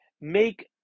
make